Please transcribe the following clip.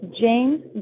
James